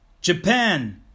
Japan